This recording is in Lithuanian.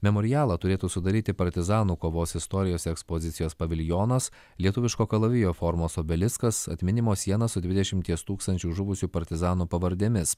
memorialą turėtų sudaryti partizanų kovos istorijos ekspozicijos paviljonas lietuviško kalavijo formos obeliskas atminimo siena su dvidešimties tūkstančių žuvusių partizanų pavardėmis